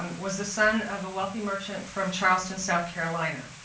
was the son of a wealthy merchant from charleston, south carolina.